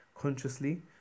consciously